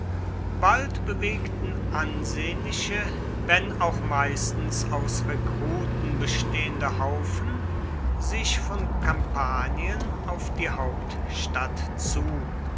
bald bewegten ansehnliche wenn auch meistens aus rekruten bestehende haufen sich von kampanien auf die hauptstadt zu